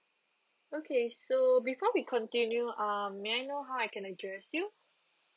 okay so before we continue uh may I know how I can address you